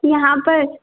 यहाँ पर